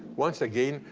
once again,